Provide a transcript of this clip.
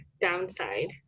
downside